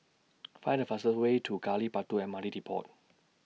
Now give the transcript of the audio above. Find The fastest Way to Gali Batu M R T Depot